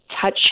touch